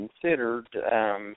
considered